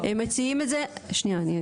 הם מציעים את זה, שנייה.